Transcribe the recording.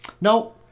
No